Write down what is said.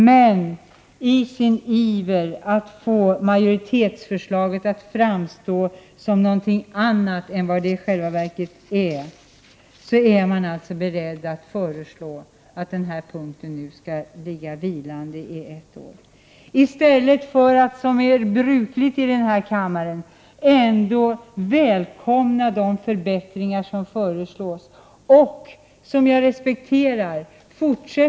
Men i sin iver att få majoritetsförslaget att framstå som någonting annat än vad det i själva verket är, vill man föreslå att förslaget på den här punkten nu skall vara vilande i ett år. Jag respekterar att man fortsätter att verka för åsikten att totalförbud skall genomföras när det gäller att ta barn i förvar.